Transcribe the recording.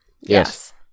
Yes